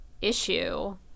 issue